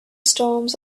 storms